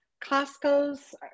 Costco's